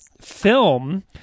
film